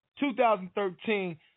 2013